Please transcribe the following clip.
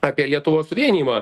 apie lietuvos suvienijimą